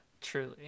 truly